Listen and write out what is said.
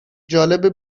جالبه